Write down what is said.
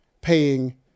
paying